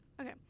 Okay